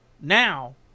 now